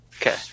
Okay